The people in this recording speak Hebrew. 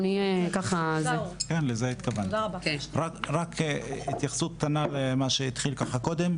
רק התייחסות קטנה למה שהתחיל קודם,